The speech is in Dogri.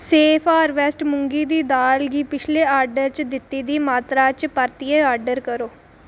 सेफ हारवेस्ट मुंगी दी दाल गी पिछले आर्डर च दित्ती दी मातरा च परतियै आर्डर करो